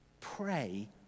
Pray